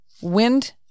Wind